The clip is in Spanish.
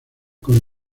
con